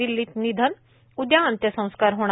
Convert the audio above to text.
दिल्लीत निधन उद्या अंत्यसंस्कार होणार